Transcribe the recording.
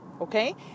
okay